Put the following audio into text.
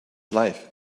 life